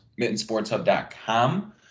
mittensportshub.com